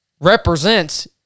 represents